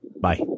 Bye